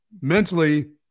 Mentally